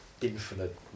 infinite